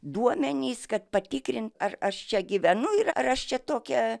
duomenys kad patikrint ar aš čia gyvenu ir ar aš čia tokia